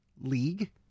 league